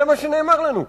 זה מה שנאמר לנו.